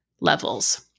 levels